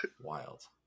Wild